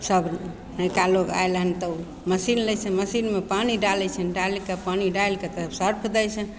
सब नइका लोग आयल हन तऽ मशीन लै छै मशीनमे पानि डालय छै डालिके पानि डालिके तब सर्फ दै छै